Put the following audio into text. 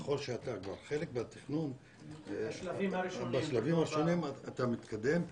ככל שאתה חלק מהתכנון בשלבים הראשונים, אתה מתקדם.